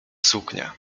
suknia